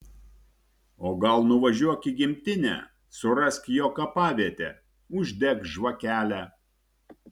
o gal nuvažiuok į gimtinę surask jo kapavietę uždek žvakelę